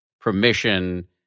permission